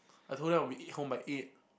I told them I'll be it home by eight